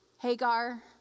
Hagar